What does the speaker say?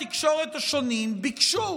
כלי התקשורת השונים ביקשו